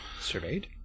Surveyed